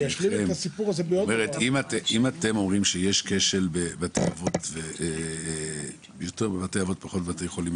אתם אומרים שיש כשל בבתי אבות ובתי חולים,